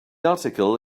article